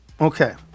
Okay